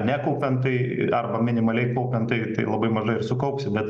nekaupiant tai arba minimaliai kaupiant tai tai labai mažai ir sukaupsi bet